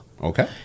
Okay